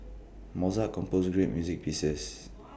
Mozart composed great music pieces